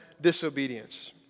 disobedience